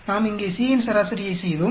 நாம் இங்கே C யின் சராசரியை செய்தோம்